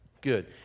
Good